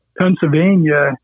Pennsylvania